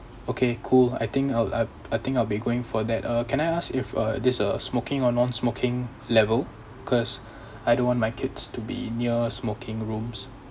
okay cool I think I'll I'll I think I'll be going for that uh can I ask if uh this uh smoking or nonsmoking level cause I don't want my kids to be near smoking rooms